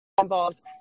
involves